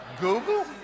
Google